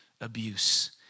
abuse